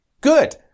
Good